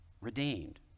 redeemed